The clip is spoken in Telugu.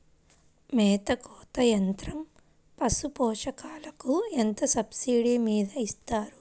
మేత కోత యంత్రం పశుపోషకాలకు ఎంత సబ్సిడీ మీద ఇస్తారు?